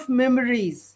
memories